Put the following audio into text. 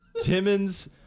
Timmons